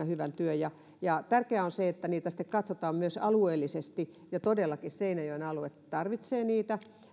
hyvän työn ja ja tärkeää on se että niitä sitten katsotaan myös alueellisesti ja todellakin seinäjoen alue tarvitsee niitä